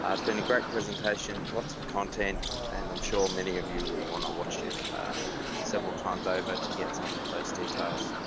ah it's been a great presentation lots of content and i'm sure many of you will want to watch it several times over to get some of those details.